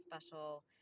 special